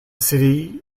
city